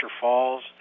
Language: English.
falls